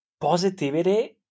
positivity